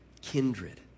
kindred